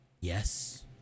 Yes